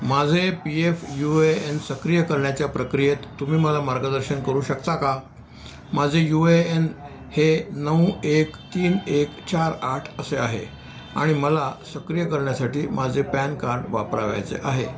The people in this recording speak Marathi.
माझे P F U A N सक्रिय करण्याच्या प्रक्रियेत तुम्ही मला मार्गदर्शन करू शकता का माझे यू ए एन हे नऊ एक तीन एक चार आठ असे आहे आणि मला सक्रिय करण्यासाठी माझे पॅन कार्ड वापरावयाचे आहे